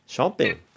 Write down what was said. Shopping